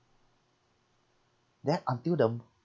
then until the